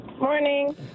Morning